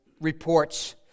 reports